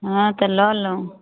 हँ तऽ लऽ लिअ